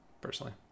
personally